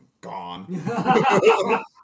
gone